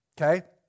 okay